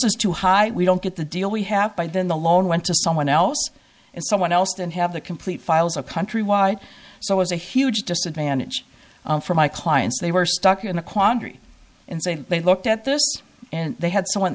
is too high we don't get the deal we have by then the loan went to someone else and someone else didn't have the complete files of countrywide so as a huge disadvantage for my clients they were stuck in a quandary and say they looked at this and they had someone